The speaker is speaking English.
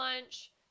lunch